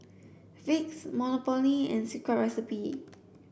Vicks Monopoly and Secret Recipe